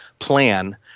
Plan